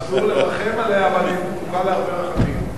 אסור לרחם עליה, אבל היא זקוקה להרבה רחמים.